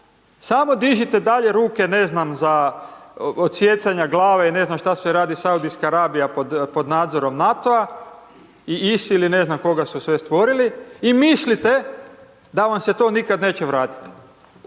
samo dižite dalje ruke ne znam za odsijecanja glave i ne znam šta sve radi Saudijska Arabija pod nadzorom NATO-a i ISIL i ne znam koga su sve stvorili i mislite da vam se to nikad neće vratiti.